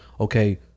okay